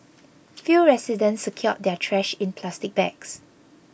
few residents secured their trash in plastic bags